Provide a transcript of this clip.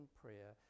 prayer